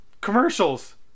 commercials